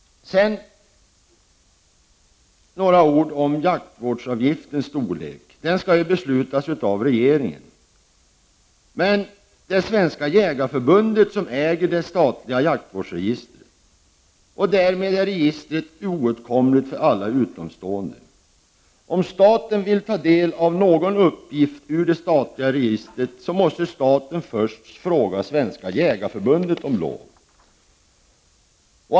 Sedan några ord om jaktvårdsavgiftens storlek. Den skall ju beslutas av regeringen. Men det är Svenska jägareförbundet som äger det statliga jaktvårdsregistret, och därmed är registret oåtkomligt för alla utomstående. Om staten vill ta del av någon uppgift ur det statliga registret, måste staten först fråga Svenska jägareförbundet om lov!